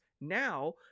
now